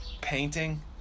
Painting